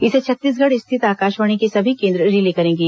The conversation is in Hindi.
इसे छत्तीसगढ़ स्थित आकाशवाणी के सभी केंद्र रिले करेंगे